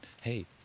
hey